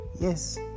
Yes